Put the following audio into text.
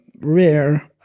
rare